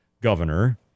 governor